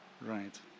Right